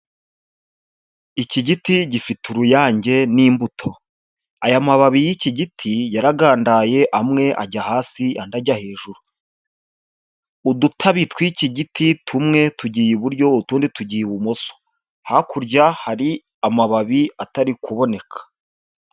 Iki giti gifite uruyange n'imbuto, aya mababi y'iki giti yaragandaye amwe ajya hasi andi ajya hejuru, udutabi tw'iki giti tumwe tugiye i buryo utundi tugiye i bumoso, hakurya hari amababi atari kuboneka.